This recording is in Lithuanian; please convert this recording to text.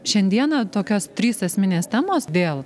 šiandieną tokios trys esminės temos dėl